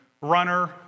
runner